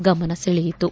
ಗಮನ ಸೆಳೆಯಿತು